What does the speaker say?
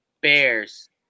Bears